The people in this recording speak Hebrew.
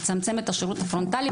לצמצם את השירות הפרונטלי,